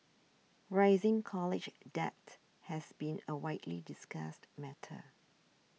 rising college debt has been a widely discussed matter